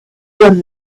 won